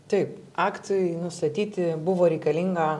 taip aktui nustatyti buvo reikalinga